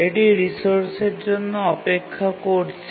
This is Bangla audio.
এটি রিসোর্সের জন্য অপেক্ষা করছে